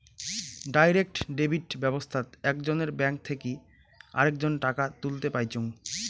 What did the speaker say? direct debit ব্যাবস্থাত একজনের bank থেকে আরেকজন টাকা তুলতে পাইচুঙ